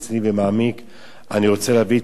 אני רוצה להביא את הגורמים הנוגעים בדבר.